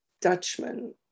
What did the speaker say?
Dutchman